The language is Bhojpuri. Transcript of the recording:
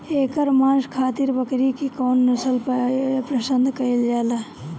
एकर मांस खातिर बकरी के कौन नस्ल पसंद कईल जाले?